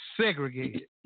segregated